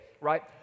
right